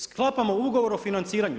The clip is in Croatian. Sklapamo ugovor o financiranju.